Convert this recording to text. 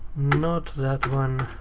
not that one.